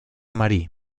marie